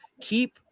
keep